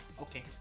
Okay